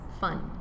fun